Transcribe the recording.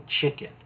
chicken